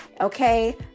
Okay